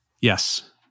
Yes